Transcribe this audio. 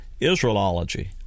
Israelology